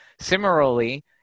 Similarly